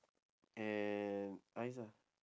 and ice lah